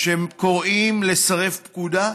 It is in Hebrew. שקוראים לסרב פקודה?